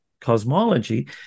cosmology